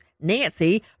Nancy